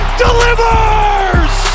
delivers